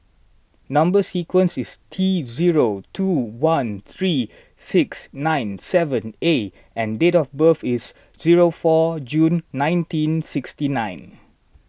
Number Sequence is T zero two one three six nine seven A and date of birth is zero four June nineteen sixty nine